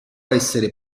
essere